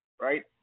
right